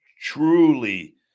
truly